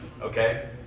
Okay